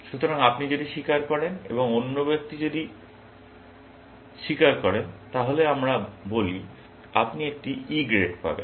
সুতরাং আপনি যদি স্বীকার করেন এবং অন্য ব্যক্তি যদি স্বীকার করেন তাহলে আমরা বলি আপনি একটি E গ্রেড পাবেন